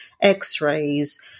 x-rays